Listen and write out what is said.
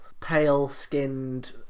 pale-skinned